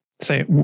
Say